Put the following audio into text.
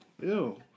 Ew